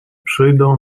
przyjdą